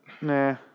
Nah